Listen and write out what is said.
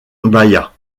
bahia